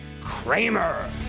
Kramer